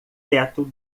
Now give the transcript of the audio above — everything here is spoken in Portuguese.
teto